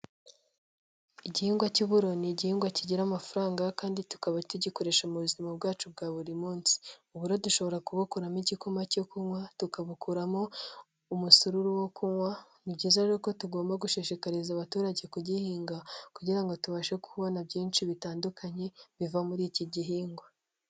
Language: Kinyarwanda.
Igihingwa cy'uburu ni igihingwa kigira amafaranga kandi tukaba tugikoresha mu buzima bwacu bwa buri munsi, uburo dushobora kubukuramo igikoma cyo kunywa, tukabukuramo umusururu wo kunywa; ni byiza rero ko tugomba gushishikariza abaturage kugihinga kugira ngo tubashe kubona byinshi bitandukanye biva muri iki gihingwa.